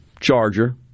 charger